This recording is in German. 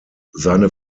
seine